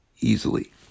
easily